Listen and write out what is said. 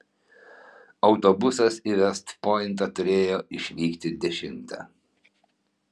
autobusas į vest pointą turėjo išvykti dešimtą